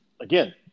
again